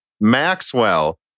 Maxwell